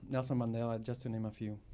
nelson mandela, just to name a few.